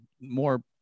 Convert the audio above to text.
more